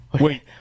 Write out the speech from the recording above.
wait